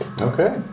Okay